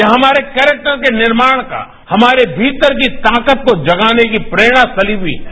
यहां हमारे कैरेक्टर के निर्माण का हमारे भीतर की ताकत को जगाने की प्रेरणा फैली हुई है